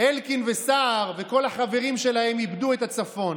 אלקין וסער וכל החברים שלהם, איבדו את הצפון.